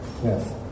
Yes